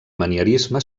manierisme